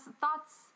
thoughts